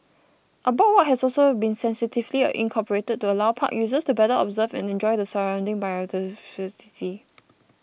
a boardwalk has also been sensitively incorporated to allow park users to better observe and enjoy the surrounding biodiversity